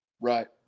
Right